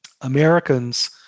Americans